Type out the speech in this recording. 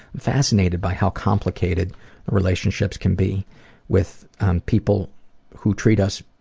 fascinated by how complicated relationships can be with people who treat us